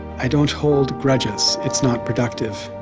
i don't hold grudges. it's not productive,